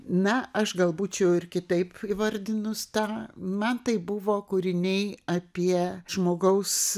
na aš gal būčiau ir kitaip įvardinus tą man tai buvo kūriniai apie žmogaus